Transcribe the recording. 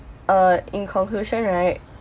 uh in conclusion right